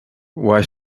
why